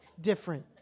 different